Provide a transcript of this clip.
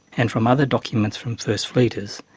and from other documents from first fleeters,